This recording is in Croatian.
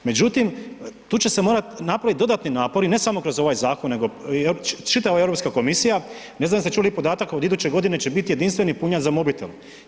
Međutim, tu će se morati napraviti dodatni napori ne samo kroz ovaj zakon, nego čitava Europska komisija, ne znam jeste li čuli podatak, od iduće godine će biti jedinstveni punjač za mobitel.